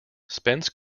spence